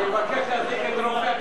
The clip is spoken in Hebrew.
אני מבקש להזעיק את רופא הכנסת.